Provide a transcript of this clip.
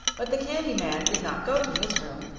but the candy man did not go to his room,